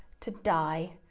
to die,